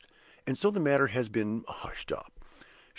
and so the matter has been hushed up.